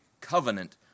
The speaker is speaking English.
covenant